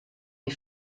les